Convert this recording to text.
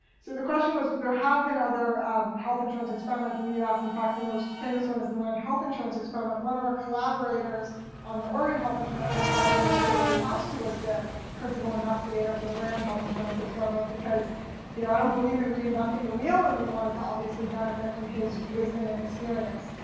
so the question was there have been other health insurance experiments in the us. in fact, the most famous one is the rand health insurance experiment. one of our collaborators on the oregon health insurance experiment is joe newhouse, who was the principal investigator for the rand health insurance experiment because you know i don't believe in reinventing the wheel and we wanted to obviously benefit from his wisdom and experience.